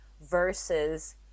versus